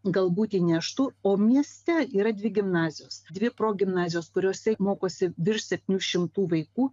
galbūt įneštų o mieste yra dvi gimnazijos dvi progimnazijos kuriose mokosi virš septynių šimtų vaikų